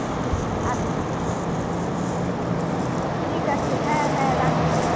হ্যাঁ আচ্ছা হ্যাঁ হুম ঠিক আছে হ্যাঁ হ্যাঁ রাখছি